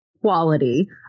quality